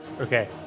okay